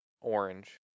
orange